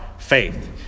faith